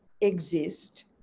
exist